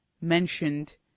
mentioned